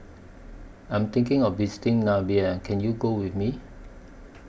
I Am thinking of visiting Namibia Can YOU Go with Me